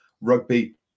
rugby